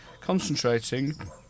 concentrating